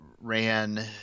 ran